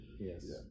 yes